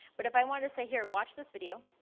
but if i want to say here watch this video.